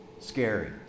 scary